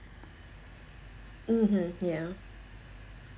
(uh huh) ya